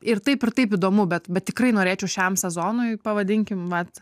ir taip ir taip įdomu bet bet tikrai norėčiau šiam sezonui pavadinkim vat